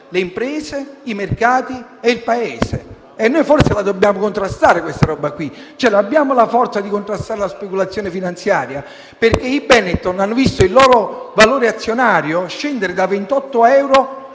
le imprese, i mercati e il Paese. E noi forse la dobbiamo contrastare. Abbiamo la forza di contrastare la speculazione finanziaria? I Benetton hanno visto il loro valore azionario scendere da 28 euro ad